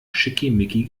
schickimicki